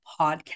podcast